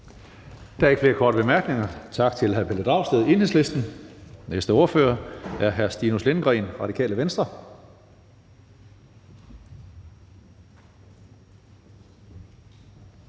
Der er ikke flere korte bemærkninger. Tak til hr. Pelle Dragsted, Enhedslisten. Den næste ordfører er hr. Stinus Lindgreen, Radikale Venstre.